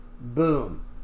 Boom